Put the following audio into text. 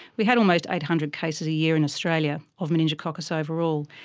we had almost eight hundred cases a year in australia of meningococcus overall,